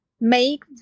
Make